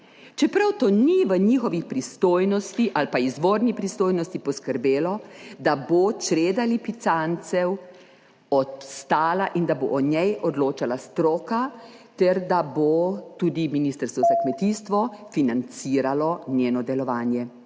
čeprav to ni v njihovi pristojnosti ali pa izvorni pristojnosti, poskrbelo, da bo čreda lipicancev obstala in da bo o njej odločala stroka ter da bo tudi ministrstvo za kmetijstvo financiralo njeno delovanje.